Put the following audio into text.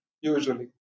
usually